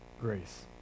grace